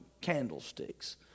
candlesticks